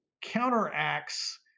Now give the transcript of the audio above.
counteracts